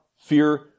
fear